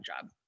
job